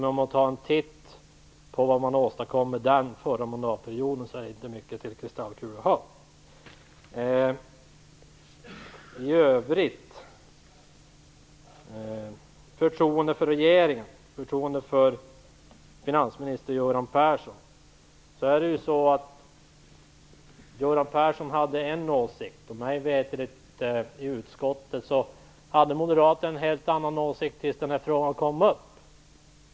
När jag ser vad man åstadkom med den under den förra mandatperioden är det inte mycket att ha till kristallkula. I övrigt talades om förtroendet för regeringen och finansminister Göran Persson. Göran Persson hade en åsikt. Mig veterligt hade moderaterna i utskottet en helt annan åsikt, tills frågan kom upp.